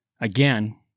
again